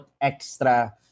extra